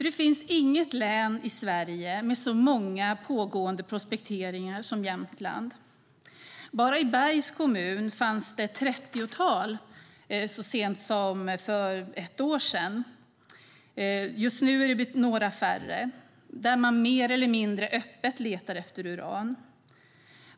Det finns inget län i Sverige med så många pågående prospekteringar som Jämtland. Bara i Bergs kommun pågick ett trettiotal prospekteringar så sent som för ett år sedan. Nu har de blivit något färre. Man letar mer eller mindre öppet efter uran.